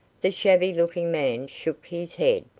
the shabby-looking man shook his head.